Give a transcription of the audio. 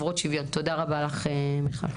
תודה רבה לך, מיכל.